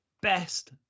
best